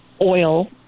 oil